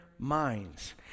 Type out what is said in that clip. minds